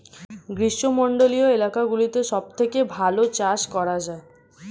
গ্রীষ্মমণ্ডলীয় এলাকাগুলোতে সবথেকে ভালো চাষ করা যায়